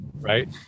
right